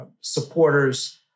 supporters